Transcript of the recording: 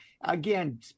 again